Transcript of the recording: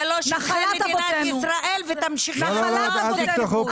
זה לא שטחי מדינת ישראל --- נחלת אבותינו.